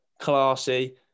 classy